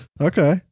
Okay